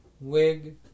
wig